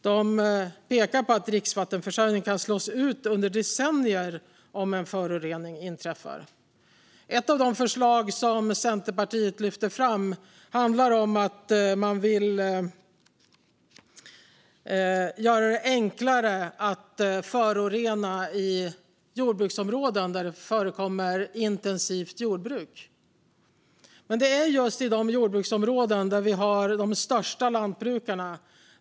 De pekar på att dricksvattenförsörjningen kan slås ut under decennier om en förorening inträffar. Ett av de förslag som Centerpartiet lyfter fram handlar om att man vill göra det enklare att förorena i jordbruksområden där det förekommer intensivt jordbruk. Men det är just i de jordbruksområdena som vi har de största lantbrukarna.